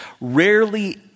rarely